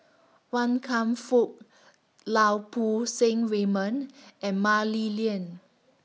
Wan Kam Fook Lau Poo Seng Raymond and Mah Li Lian